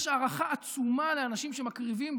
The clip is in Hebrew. יש הערכה עצומה לאנשים שמקריבים,